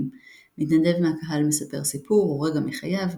- מתנדב מהקהל מספר סיפור או רגע מחייו,